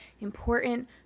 important